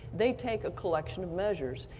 they take a collection of measures,